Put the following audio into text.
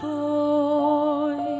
boy